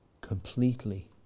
completely